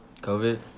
COVID